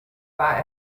war